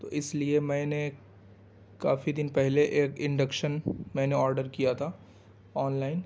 تو اس لیے میں نے کافی دن پہلے ایک انڈکشن میں نے آڈر کیا تھا آنلائن